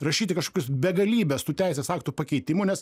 rašyti kažkokius begalybės tų teisės aktų pakeitimų nes